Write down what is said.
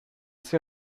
ces